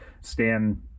stan